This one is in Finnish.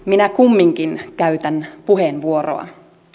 minä kumminkin käytän puheenvuoroa arvoisa